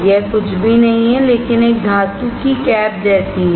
यह कुछ भी नहीं है लेकिन एक धातु की कैप जैसी है